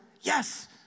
yes